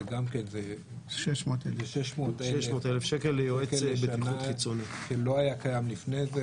שזה 600,000 שקל בשנה שלא היה קיים לפני זה.